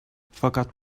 fakat